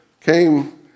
came